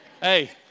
Hey